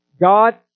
god